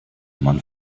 man